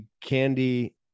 candy